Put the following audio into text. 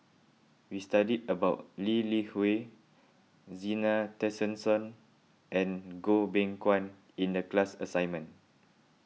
we studied about Lee Li Hui Zena Tessensohn and Goh Beng Kwan in the class assignment